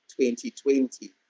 2020